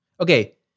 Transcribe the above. Okay